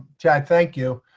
chad, thank you.